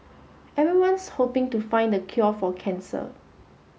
everyone's hoping to find the cure for cancer